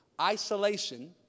isolation